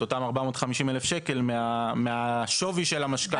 את אותם 450,000 שקל מהשווי של המשכנתא.